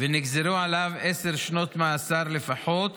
ונגזרו עליו עשר שנות מאסר לפחות,